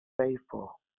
faithful